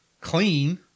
clean